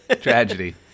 Tragedy